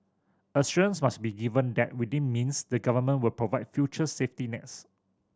assurance must be given that within means the Government will provide future safety nets